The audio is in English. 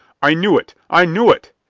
i knew it! i knew it!